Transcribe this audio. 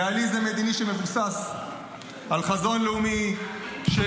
ריאליזם מדיני שמבוסס על חזון לאומי של